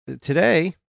today